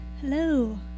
hello